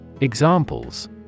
Examples